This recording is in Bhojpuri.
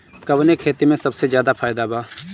कवने खेती में सबसे ज्यादा फायदा बा?